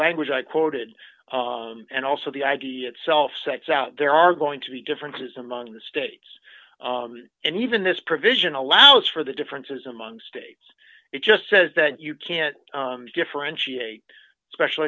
language i quoted and also the idea itself sets out there are going to be differences among the states and even this provision allows for the differences among states it just says that you can't differentiate special